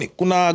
kuna